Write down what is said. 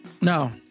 No